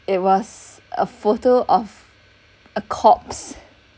it was a photo of a corpse